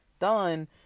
done